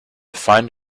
find